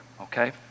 okay